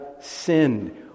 sinned